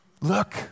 look